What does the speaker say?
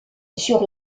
sur